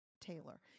Taylor